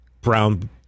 Brown